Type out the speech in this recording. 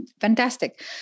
fantastic